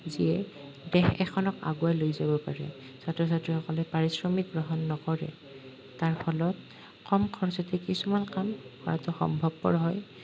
যিয়ে দেশ এখনক আগুৱাই লৈ যাব পাৰে ছাত্ৰ ছাত্ৰীসকলে পাৰিশ্ৰামিক গ্ৰহণ নকৰে তাৰ ফলত কম খৰচতে কিছুমান কাম কৰাটো সম্ভৱপৰ হয়